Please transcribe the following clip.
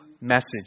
message